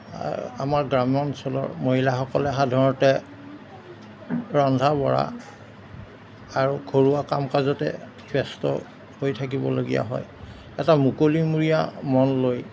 আমাৰ গ্ৰাম্য অঞ্চলৰ মহিলাসকলে সাধাৰণতে ৰন্ধা বঢ়া আৰু ঘৰুৱা কাম কাজতে ব্যস্ত হৈ থাকিবলগীয়া হয় এটা মুকলিমূৰীয়া মন লৈ